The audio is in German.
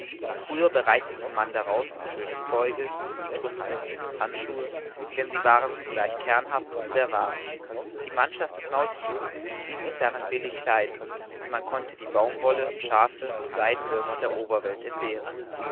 früher bereitete man daraus schöne zeuge strümpfe handschuhe denn sie waren zugleich kernhaft und sehr warm die mannschaft des nautilus ließ sich darin billig kleiden und man konnte die baumwolle schaafe und seidenwürmer der oberwelt entbehren